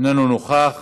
אינו נוכח,